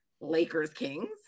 Lakers-Kings